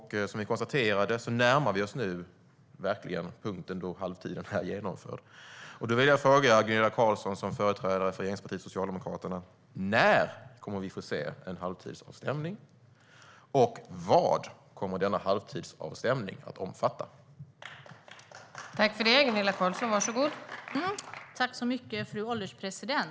Som vi konstaterade närmar vi oss nu verkligen tidpunkten då halva tiden har gått.